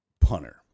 punter